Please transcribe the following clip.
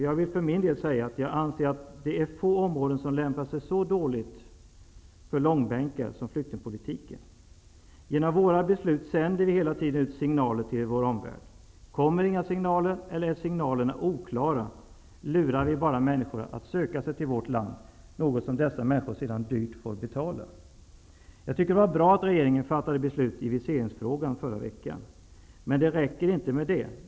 Jag vill för min del säga, att jag anser att det är få områden som lämpar sig så dåligt för långbänkar som flyktingpolitikens område. Genom våra beslut sänder vi hela tiden ut signaler till vår omvärld. Kommer inga signaler eller är signalerna oklara lurar vi bara människor att söka sig till vårt land, något som dessa människor sedan dyrt får betala. Jag tycker att det var bra att regeringen förra veckan fattade beslut i viseringsfrågan. Men det räcker inte med det.